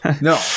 No